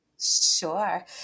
Sure